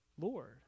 Lord